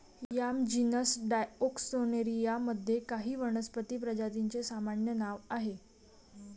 yam genus Dioscorea मध्ये काही वनस्पती प्रजातींचे सामान्य नाव आहे